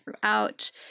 throughout